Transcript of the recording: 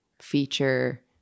feature